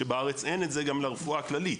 שבארץ אין את זה גם לרפואה הכללית.